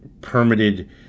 permitted